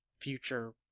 future